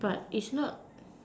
but it's not